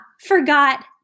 forgot